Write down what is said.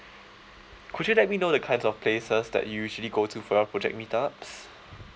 could you let me know the kinds of places that you usually go to for your project meet ups